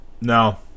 No